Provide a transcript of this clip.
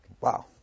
Wow